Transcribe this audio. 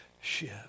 ship